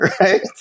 right